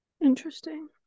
Interesting